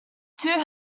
two